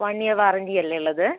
one year warranty അല്ലേ ഉള്ളത്